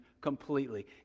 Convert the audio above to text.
completely